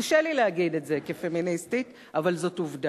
קשה לי להגיד את זה, כפמיניסטית, אבל זאת עובדה.